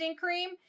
cream